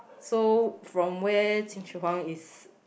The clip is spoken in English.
so from where Qin-Shi Huang is